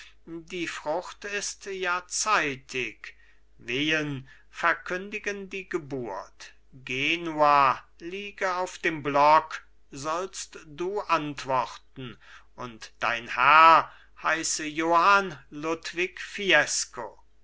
die frucht ist ja zeitig wehen verkündigen die geburt genua liege auf dem block sollst du antworten und dein herr heiße johann ludwig fiesco